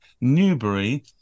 Newbury